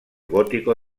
gótico